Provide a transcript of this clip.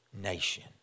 nation